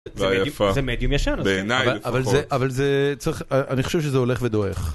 אבל זה אבל זה צריך אני חושב שזה הולך ודועך.